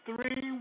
three